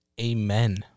Amen